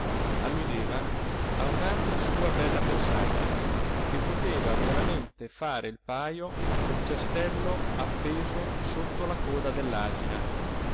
alludeva a un'altra sua bella pensata che poteva veramente fare il pajo col cestello appeso sotto la coda